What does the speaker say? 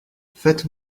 faites